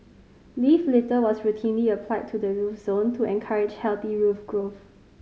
leaf litter was routinely applied to the root zone to encourage healthy root growth